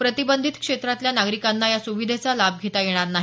प्रतिबंधित क्षेत्रातल्या नागरिकांना या सुविधेचा लाभ घेता येणार नाही